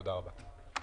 תודה רבה.